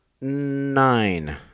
nine